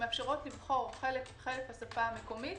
שמאשפרות לבחור חלק בשפה המקומית